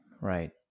Right